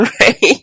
right